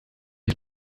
ist